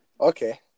Okay